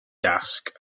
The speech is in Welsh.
dasg